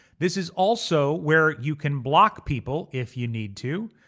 this is also where you can block people if you need to.